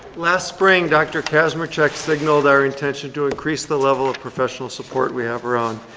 last spring dr. kazmierczak signaled our intention to increase the level of professional support we have around